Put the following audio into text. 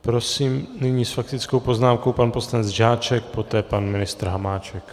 Prosím nyní s faktickou poznámkou pan poslanec Žáček, poté pan ministr Hamáček.